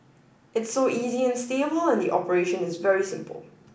it's so easy and stable and the operation is very simple